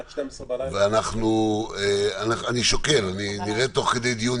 עד 12 בלילה --- אני שוקל, נראה תוך כדי דיון.